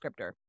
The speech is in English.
descriptor